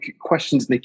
questions